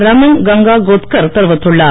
ரமண் கங்காகோத்கர் தெரிவித்துள்ளார்